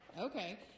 okay